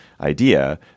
idea